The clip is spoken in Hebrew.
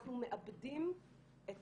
אנחנו מאבדים את